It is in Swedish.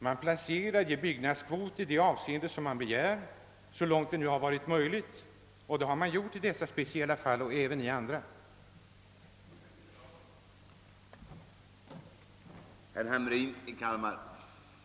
Man har lämnat de byggnadskvoter som begärts så långt det varit möjligt i dessa speciella fall och även i andra fall.